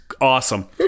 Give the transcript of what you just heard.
awesome